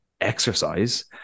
exercise